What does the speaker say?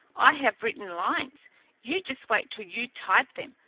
i have written lines you just wait till you type them!